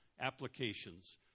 applications